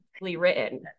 written